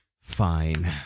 fine